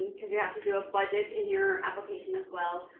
because you have to do a budget in your application as well.